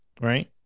right